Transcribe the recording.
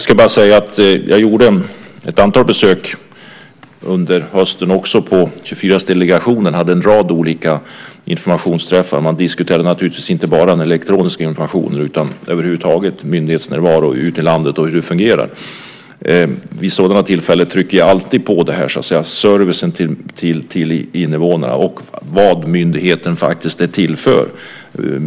Fru talman! Jag gjorde ett antal besök under hösten på 24-timmarsdelegationen. Man hade en rad informationsträffar. Man diskuterade naturligtvis inte bara den elektroniska informationen utan myndighetsnärvaro och hur det fungerar ute i landet. Vid sådana tillfällen trycker jag alltid på service till invånarna och vad myndigheter faktiskt är till för.